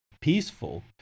peaceful